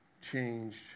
changed